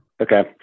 Okay